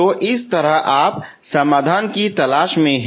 तो इस तरह आप समाधान की तलाश में हैं